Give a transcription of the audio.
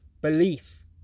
belief